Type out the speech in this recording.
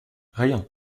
rien